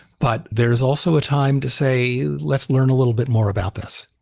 but there is also a time to say, let's learn a little bit more about this.